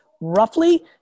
roughly